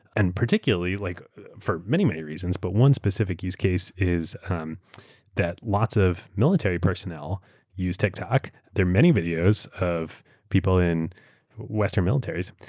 and particularly, like for many, many reasons, but one specific use case is um that lots of military personnel use tiktok. there are many videos of people in western militaries,